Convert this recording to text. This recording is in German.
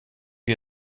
wie